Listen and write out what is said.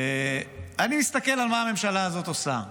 אני מסתכל על מה הממשלה הזאת עושה,